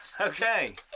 Okay